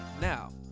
now